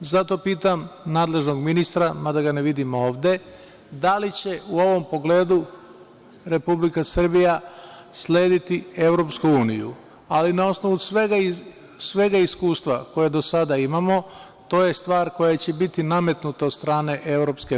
Zato pitam nadležnog ministra, mada ga ne vidim ovde, da li će u ovom pogledu Republika Srbija slediti EU, ali na osnovu sveg iskustva koje do sada imamo, to je stvar koja će biti nametnuta od strane EU.